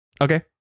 Okay